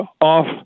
off